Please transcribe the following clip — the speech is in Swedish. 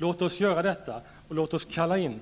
Låt oss göra detta, och kalla in